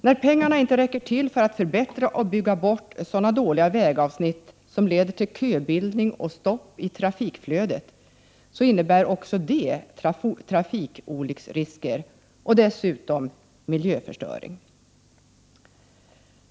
När pengarna inte räcker till för att förbättra och bygga bort sådana dåliga vägavsnitt som leder till köbildning och stopp i trafikflödet, innebär detta att risken för trafikolyckor ökar och dessutom ökad miljöförstöring.